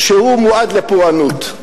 שהוא מועד לפורענות.